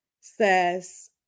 says